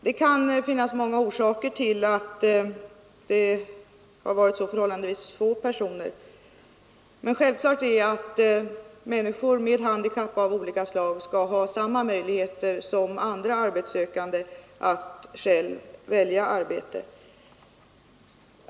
Det kan finnas många orsaker till att det varit så förhållandevis få personer. Men självklart är att människor med handikapp av olika slag skall ha samma möjligheter som andra arbetssökande att själva välja arbete.